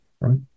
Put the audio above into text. right